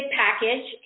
package